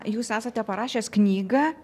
jūs esate parašęs knygą